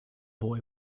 boy